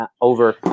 over